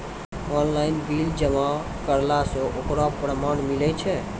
Online bill जमा करला से ओकरौ परमान मिलै छै?